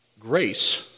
Grace